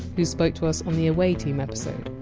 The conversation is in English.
who spoke to us on the away team episode.